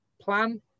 plan